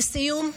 לסיום,